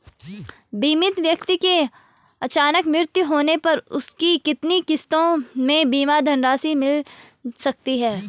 बीमित व्यक्ति के अचानक मृत्यु होने पर उसकी कितनी किश्तों में बीमा धनराशि मिल सकती है?